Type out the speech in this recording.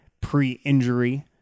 pre-injury